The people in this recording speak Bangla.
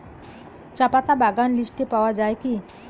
চাপাতা বাগান লিস্টে পাওয়া যায় কি?